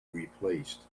replaced